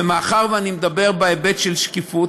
ומאחר שאני מדבר בהיבט של שקיפות,